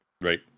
Right